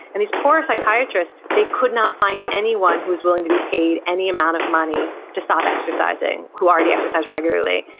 and these poor psychiatrists, they could not find anyone who was willing to be paid any amount of money to stop exercising who already exercised regularly.